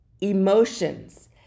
emotions